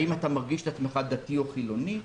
האם הוא מרגיש את עצמו דתי או חילוני,